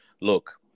Look